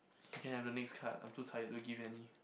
you can have the next card I'm too tired to give any